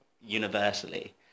universally